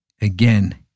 Again